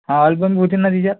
हा अल्बम होतीन ना त्याच्यात